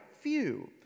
few